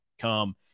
come